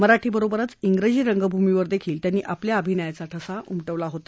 मराठी बरोबच इंग्रजी रंगभूमीवरही त्यांनी आपल्या अभिनायाचा ठसा उमटवला होता